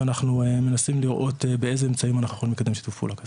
ואנחנו מנסים לראות באיזה אמצעים אנחנו יכולים לקדם שיתוף פעולה כזה.